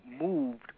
moved